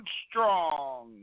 strong